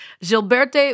Gilberte